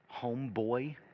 homeboy